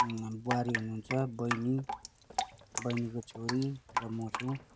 बुहारी हुनुहुन्छ बहिनी बहिनीको छोरी र म छु